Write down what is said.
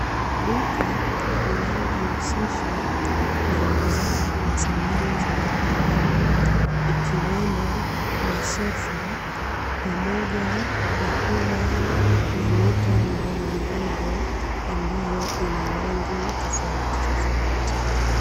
Duka linalojihusisha na uuzaji wa samani za majumbani ikiwemo masofa pamoja na kuwa na mito midogo midogo, ambayo ina rangi tofauti tofauti.